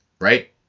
right